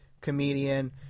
comedian